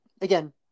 again